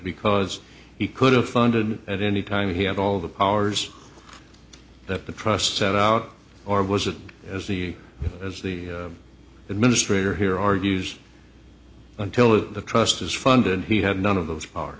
because he could have funded at any time he had all the powers that the trust set out or was it as he as the administrator here argues until that trust is funded he had none of those are